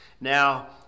Now